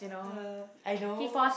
uh I know